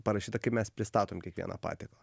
parašyta kaip mes pristatom kiekvieną patiekalą